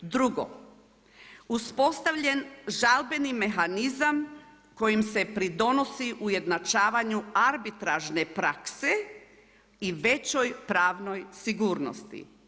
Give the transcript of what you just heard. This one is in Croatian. Drugo, uspostavljen žalbeni mehanizam kojim se pridonosi ujednačavanju arbitražne prakse i većoj pravnoj sigurnosti.